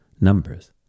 Numbers